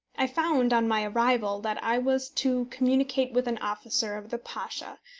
i found, on my arrival, that i was to communicate with an officer of the pasha,